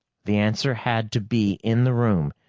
the answer had to be in the room.